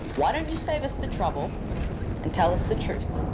why don't you save us the trouble and tell us the truth?